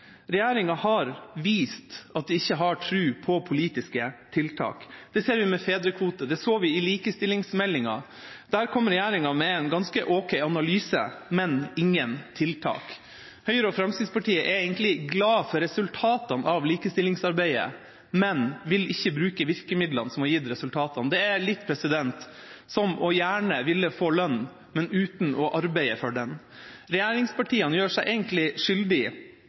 Det ser vi med fedrekvote. Det så vi i likestillingsmeldinga. Der kom regjeringa med en ganske ok analyse, men ingen tiltak. Høyre og Fremskrittspartiet er egentlig glad for resultatene av likestillingsarbeidet, men vil ikke bruke virkemidlene som har gitt resultatene. Det er litt som gjerne å ville få lønn, men uten å arbeide for den. Regjeringspartiene gjør seg egentlig skyldig